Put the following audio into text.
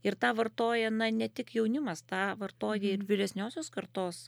ir tą vartoja na ne tik jaunimas tą vartoja ir vyresniosios kartos